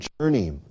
journey